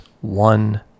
one